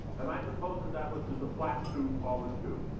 and i supposed that that was just a flat truth, always true.